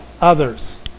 others